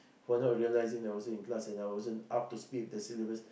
for not realising that was in class and I wasn't up to speed with the syllabus